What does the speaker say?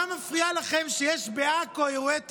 למה מפריע לכם שיש בעכו אירועי תרבות?